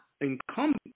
incumbent